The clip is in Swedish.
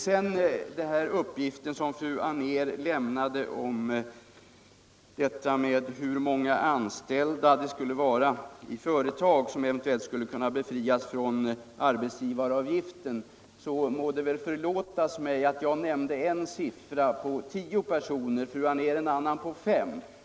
Beträffande uppgiften som fru Anér lämnade om hur många anställda det skulle vara i företag som eventuellt skulle kunna befrias från arbetsgivaravgiften, så må det förlåtas mig om jag kommit på fel siffra och sagt tio, medan fru Anér nämnde fem.